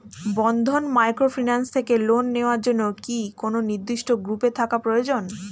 বন্ধন microfinance থেকে loan নেওয়ার জন্য কি কোন নির্দিষ্ট গ্রুপে থাকা প্রয়োজন?